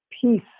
peace